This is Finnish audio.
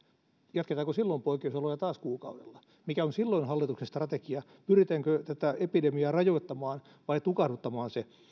jatketaanko silloin poikkeusoloja taas kuukaudella mikä on silloin hallituksen strategia pyritäänkö tätä epidemiaa rajoittamaan vai tukahduttamaan se